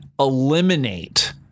Eliminate